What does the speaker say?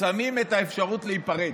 שמים את האפשרות להיפרד.